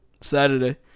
Saturday